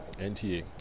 NTA